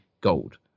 gold